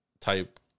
type